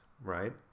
right